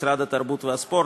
משרד התרבות והספורט,